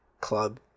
club